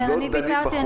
אני ויתרתי.